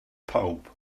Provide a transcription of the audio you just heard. pawb